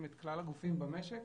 כלל הגופים במשק